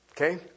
Okay